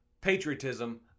patriotism